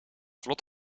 vlot